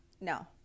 No